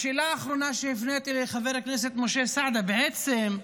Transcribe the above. השאלה האחרונה שהפניתי לחבר הכנסת משה סעדה, בעצם,